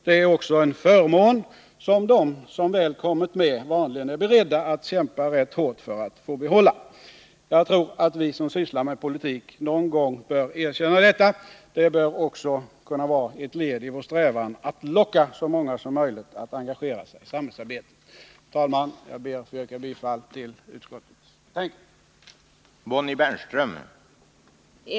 Det är också en förmån, som de som väl kommit med vanligen är beredda att kämpa rätt hårt för att få behålla. Jag tror att vi som sysslar med politik någon gång bör erkänna detta. Det bör också kunna vara ett led i vår strävan att locka så många som möjligt att engagera sig i samhällsarbetet. Herr talman! Jag ber att få yrka bifall till utskottets hemställan.